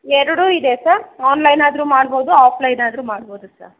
ಎರಡೂ ಇದೆ ಸ ಆನ್ಲೈನ್ ಆದರೂ ಮಾಡ್ಬೋದು ಆಫ್ಲೈನ್ ಆದರೂ ಮಾಡ್ಬೋದು ಸ